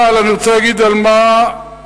אבל אני רוצה להגיד על מה הממשלה